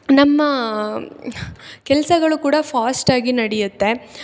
ನಮ್ಮ ಕೆಲ್ಸಗಳು ಕೂಡ ಫಾಸ್ಟಾಗಿ ನಡಿಯುತ್ತೆ